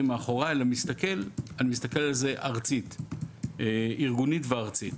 מאחוריי אלא מסתכל על זה ארגונית וארצית.